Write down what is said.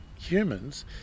humans